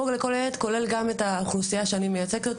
חוג לכל ילד כולל גם את האוכלוסייה שאני מייצגת,